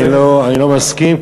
אני לא מסכים,